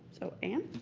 so anne.